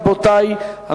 רבותי,